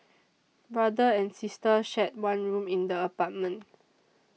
brother and sister shared one room in the apartment